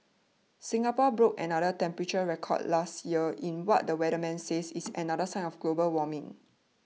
Singapore broke another temperature record last year in what the weatherman says is another sign of global warming